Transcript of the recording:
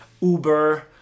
Uber